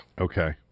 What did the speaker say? Okay